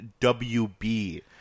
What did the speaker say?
WB